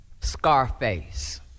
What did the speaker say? Scarface